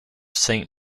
saint